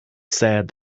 said